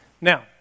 Now